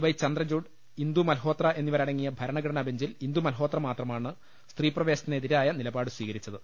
Y Chandrachud Indu Malhotra എന്നിവരടങ്ങിയ ഭരണ ഘടനാബെഞ്ചിൽ ഇന്ദുമൽഹോത്ര മാത്രമാണ് സ്ത്രീപ്രവേശനത്തിനെതിരായ നിലപാട് സ്വീകരിച്ചത്